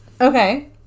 Okay